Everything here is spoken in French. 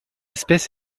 espèce